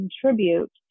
contribute